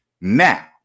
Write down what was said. Now